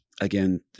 again